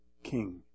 King